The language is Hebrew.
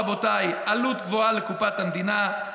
רבותיי: עלות גבוהה לקופת המדינה,